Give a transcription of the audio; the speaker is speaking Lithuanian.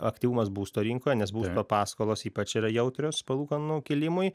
aktyvumas būsto rinkoje nes būsto paskolos ypač yra jautrios palūkanų kėlimui